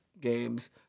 games